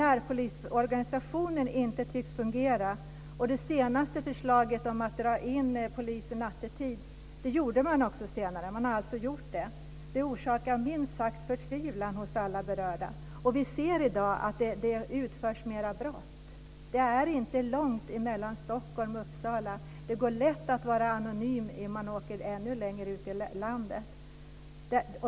Närpolisorganisationen tycks inte fungera, och det senaste förslaget, att dra in poliser nattetid, orsakade minst sagt förtvivlan hos alla berörda. Det gjorde man också senare, man har alltså dragit in dem. Vi ser i dag att det begås fler brott. Det är inte långt mellan Stockholm och Uppsala. Det går lättare att vara anonym än om man åker längre ut i landet.